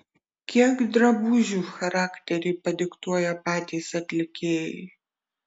kiek drabužių charakterį padiktuoja patys atlikėjai